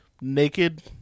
naked